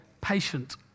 patient